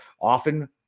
often